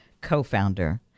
co-founder